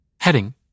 Heading